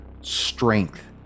strength